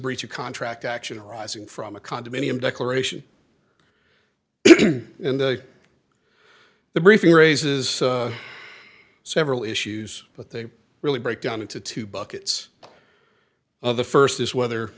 breach of contract action arising from a condominium declaration and the briefing raises several issues but they really break down into two buckets of the st is whether